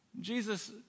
Jesus